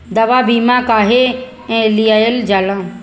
दवा बीमा काहे लियल जाला?